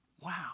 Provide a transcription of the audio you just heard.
Wow